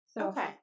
okay